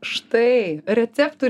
štai receptų